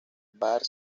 barr